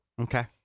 Okay